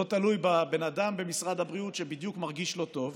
לא תלוי בבן אדם במשרד הבריאות שבדיוק מרגיש לא טוב.